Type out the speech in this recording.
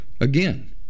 again